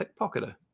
pickpocketer